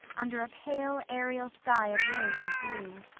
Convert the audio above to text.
under a pale, aerial sky of rose and blue.